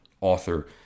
author